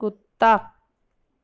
کتا